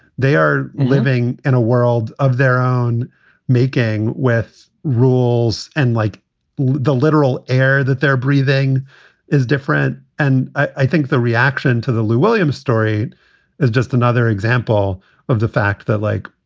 they are living in a world of their own making with rules and like the literal air that they're breathing is different. and i think the reaction to the lou williams story is just another example of the fact that, like,